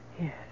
Yes